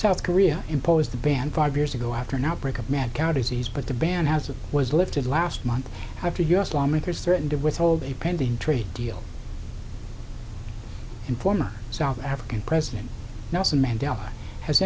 south korea imposed the ban five years ago after an outbreak of mad cow disease but the ban has was lifted last month after u s lawmakers threatened to withhold a pending trade deal and former south african president nelson mandela has